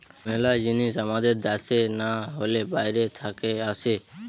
মেলা জিনিস আমাদের দ্যাশে না হলে বাইরে থাকে আসে